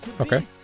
Okay